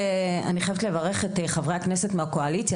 אני חייבת לברך את חברי הכנסת מהקואליציה